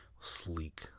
sleek